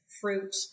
fruit